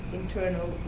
internal